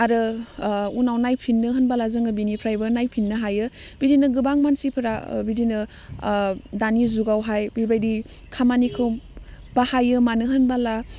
आरो उनाव नायफिननो होनबाला जोङो बिनिफ्रायबो नायफिननो हायो बिदिनो गोबां मानसिफ्रा बिदिनो दानि जुगावहाय बिबायदि खामानिखौ बाहायो मानो होनबाला